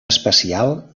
espacial